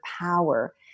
power